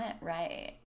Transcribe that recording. right